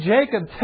Jacob